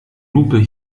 lupe